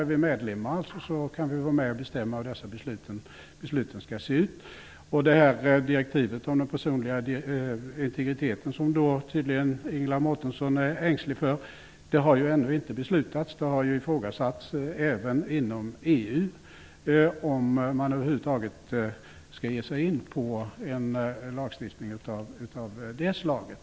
Om vi är medlemmar, kan vi vara med och bestämma hur dessa beslut skall se ut. Direktivet om den personliga integriteten, som Ingela Mårtensson tydligen är ängslig för, har ännu inte beslutats. Det har ju ifrågasatts även inom EU, om man över huvud taget skall ge sig in på en lagstiftning av det slaget.